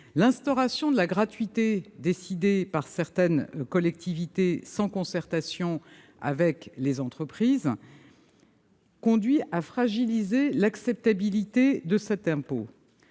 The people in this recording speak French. l'instauration de la gratuité décidée par certaines collectivités territoriales sans concertation avec les entreprises fragilisent l'acceptabilité de cet impôt.